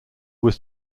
was